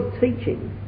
teaching